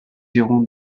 irons